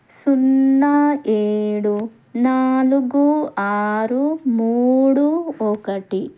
సున్నా ఏడు నాలుగు ఆరు మూడు ఒకటి